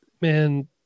Man